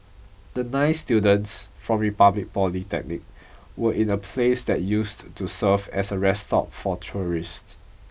the nine students from Republic Polytechnic were in a place that used to serve as a rest stop for tourists